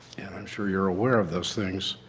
and i'm sure you are aware of those things.